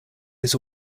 his